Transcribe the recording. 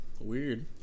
weird